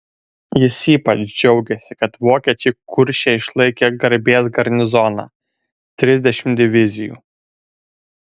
jis ypač džiaugėsi kad vokiečiai kurše išlaikė garbės garnizoną trisdešimt divizijų